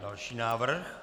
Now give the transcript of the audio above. Další návrh.